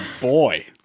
boy